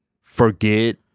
forget